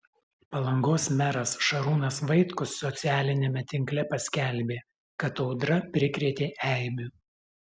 palangos meras šarūnas vaitkus socialiniame tinkle paskelbė kad audra prikrėtė eibių